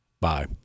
Bye